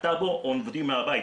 הטאבו עובדים מהבית.